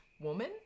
woman